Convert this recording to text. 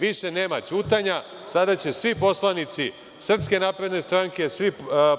Više nema ćutanja, sada će svi poslanici SNS, svi